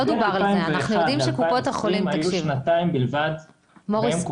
בין 2001 ל-2020 היו שנתיים בלבד שבהן